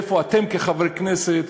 איפה אתם כחברי כנסת,